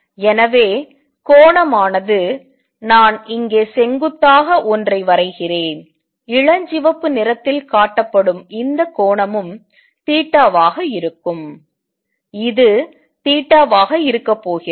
எனவே கோணம் ஆனது நான் இங்கே செங்குத்தாக ஒன்றை வரைகிறேன் இளஞ்சிவப்பு நிறத்தில் காட்டப்படும் இந்த கோணமும் தீட்டாவாக இருக்கும் இது வாக இருக்கப்போகிறது